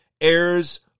heirs